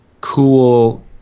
cool